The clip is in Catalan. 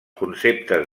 conceptes